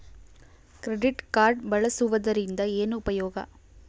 Credit card ಬಳಸುವದರಿಂದ ಏನು ಉಪಯೋಗ?